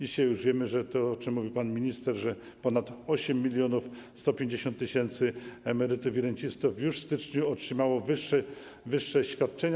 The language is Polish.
Dzisiaj już wiemy, o czym mówił pan minister, że ponad 8150 tys. emerytów i rencistów już w styczniu otrzymało wyższe świadczenia.